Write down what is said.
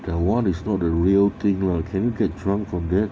that [one] is not the real thing lah can you get drunk from that